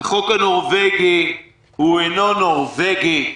החוק הנורווגי הוא אינו נורווגי.